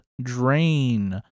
Drain